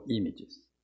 images